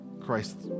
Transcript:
Christ